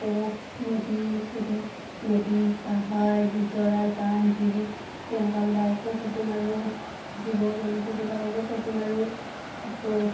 আকৌ নদী চদী নদী পাহাৰ নিজৰা জান জুৰি তেনেকুৱাবিলাককো ফটো মাৰোঁ জীৱ জন্তুবিলাককো ফটো মাৰোঁ আকৌ